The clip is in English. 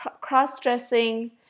cross-dressing